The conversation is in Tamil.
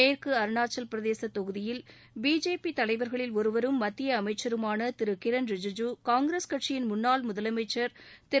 மேற்கு அருணாச்சலப்பிரதேச தொகுதியில் பிஜேபி தலைவர்களின் ஒருவரும் மத்திய அமைச்சருமான திரு கிரண் ரிஜூஜூ காங்கிரஸ் கட்சியின் முன்னாள் முதலமைச்சர் திரு